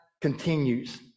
continues